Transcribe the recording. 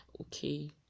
okay